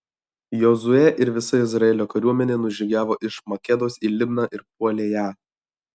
jozuė ir visa izraelio kariuomenė nužygiavo iš makedos į libną ir puolė ją